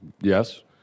Yes